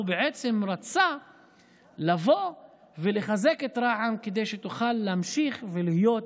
הוא בעצם רצה לבוא ולחזק את רע"מ כדי שתוכל להמשיך ולהיות